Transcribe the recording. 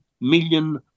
million